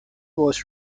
was